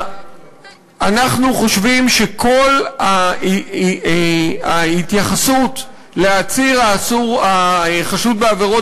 אנחנו חושבים שכל ההתייחסות לעציר החשוד בעבירות